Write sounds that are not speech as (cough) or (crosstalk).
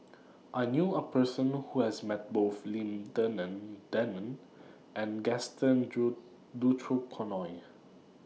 I knew A Person Who has Met Both Lim Denan Denon and Gaston (unintelligible) Dutronquoy